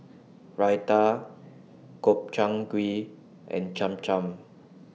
Raita Gobchang Gui and Cham Cham